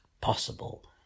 possible